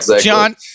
John